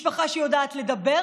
משפחה שיודעת לדבר